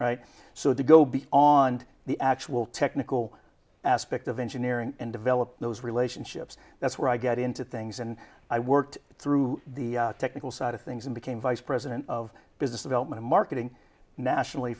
right so to go beyond the actual technical aspect of engineering and develop those relationships that's where i get into things and i worked through the technical side of things and became vice president of business development marketing nationally